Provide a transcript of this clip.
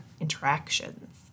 interactions